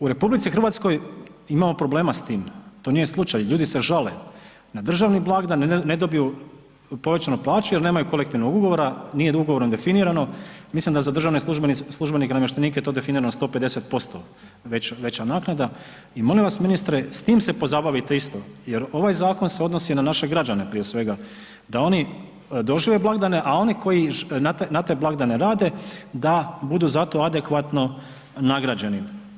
U RH imamo problema s tim, to nije slučaj, ljudi se žale, na državni blagdan ne dobiju povećanu plaću jel nemaju kolektivnog ugovora, nije ugovorom definirano, mislim da je za državne službenike i namještenike to definirano 150% veća naknada i molim vas ministre s tim se pozabavite isto jer ovaj zakon se odnosi na naše građane prije svega da oni dožive blagdane, a oni koji na te, na te blagdane rade budu za to adekvatno nagrađeni.